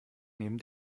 neben